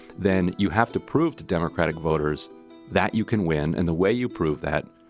then you have to prove to democratic voters that you can win and the way you prove that.